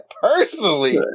personally